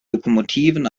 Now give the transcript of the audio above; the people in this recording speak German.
lokomotiven